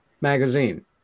magazine